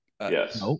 Yes